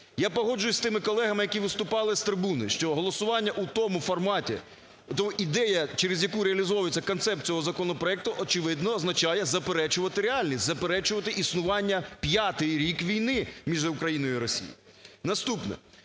Я погоджуюся з тими колегами, які виступали з трибуни, що голосування у тому форматі, та ідея, через яку реалізовується концепт цього законопроекту, очевидно, означає заперечувати реальність, заперечувати існування п'ятий рік війни між Україною і Росією. Наступне.